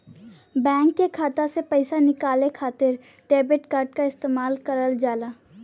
bank के खाता से पइसा निकाले खातिर डेबिट कार्ड क इस्तेमाल करल जाला